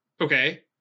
Okay